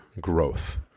growth